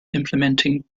implementing